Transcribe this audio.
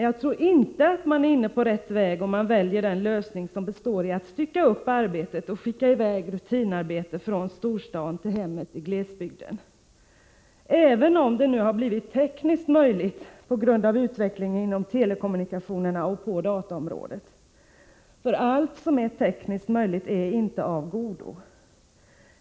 Jag tror inte att man är inne på rätt väg om man väljer den lösning som består i att man styckar upp arbetet och skickar dataterminaler som medel att bekämpa iväg rutinarbetet från storstaden till hemmen i glesbygden — även om detta har blivit tekniskt möjligt till följd av utvecklingen inom telekommunikationsoch dataområdena. Allt som är tekniskt möjligt är ju inte av godo.